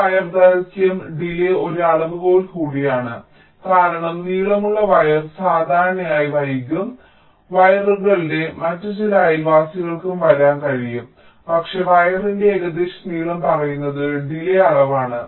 ഈ വയർ ദൈർഘ്യം ഡിലേയ്യ് ഒരു അളവുകോൽ കൂടിയാണ് കാരണം നീളമുള്ള വയർ സാധാരണയായി വൈകും വയറുകളുടെ മറ്റ് ചില അയൽവാസികൾക്കും വരാൻ കഴിയും പക്ഷേ വയറിന്റെ ഏകദേശം നീളം പറയുന്നത് ഡിലേയ്യ് അളവാണ്